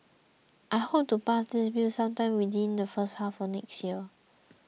I hope to pass this bill sometime within the first half of next year